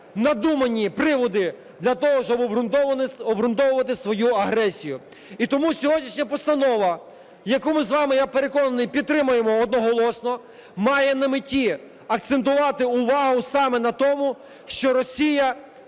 надумані приводи для того, щоб обґрунтовувати свою агресію. І тому сьогоднішня постанова, яку ми з вами, я переконаний, підтримаємо одноголосно, має на меті акцентувати увагу саме на тому, що Росія